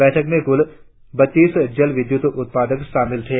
बैठक में कुल बत्तीस जल विद्युत उत्पादक शामिल थे